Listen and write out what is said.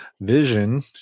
vision